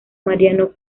mariano